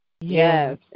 Yes